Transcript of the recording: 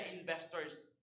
investors